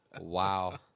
Wow